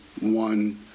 one